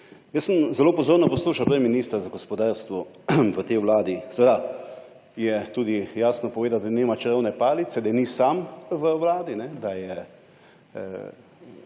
Jaz sem zelo pozorno poslušal prej ministra za gospodarstvo v tej vladi. Seveda je tudi jasno povedal, da nima čarovne palice, da ni sam v vladi, da je